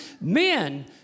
Men